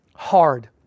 hard